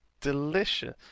Delicious